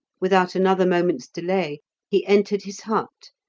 without another moment's delay he entered his hut,